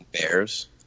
Bears